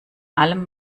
allem